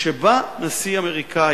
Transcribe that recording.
כשבא נשיא אמריקני,